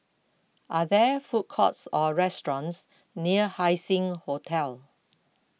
are there food courts or restaurants near Haising Hotel